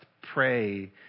pray